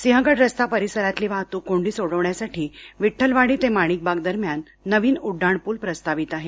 सिंहगड रस्ता परिसरातली वाहतूक कोंडी सोडवण्यासाठी विठ्ठलवाडी ते माणिकवाग दरम्यान नवीन उड्डाणपूल प्रस्तावित आहे